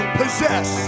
possess